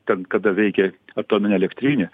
ten kada veikė atominė elektrinė